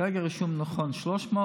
כרגע רשומים 300,